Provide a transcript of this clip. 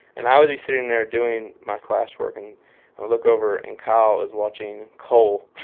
and i would be sitting there doing my classwork and look over and kyle is watching coal.